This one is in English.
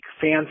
fans